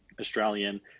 Australian